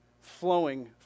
flowing